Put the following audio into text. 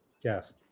Yes